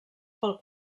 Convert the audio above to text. pel